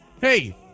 hey